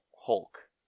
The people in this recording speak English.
Hulk